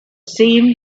seemed